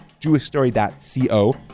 jewishstory.co